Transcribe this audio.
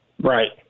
right